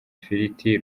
ifiriti